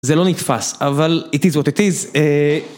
זה לא נתפס, אבל it is what it is.